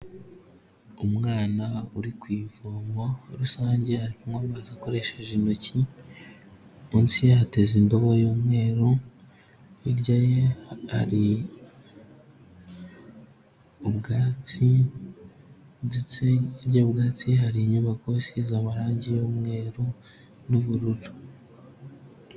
Umwana uri ku ivomo rusange, ari kunywa amazi akoresheje intoki, munsi ye hateza indobo y'umweru, hirya ye hari ubwatsi, ndetse hirya y'ubwatsi hari inyubako isize amarangi y'umweru n'ubururu.